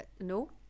No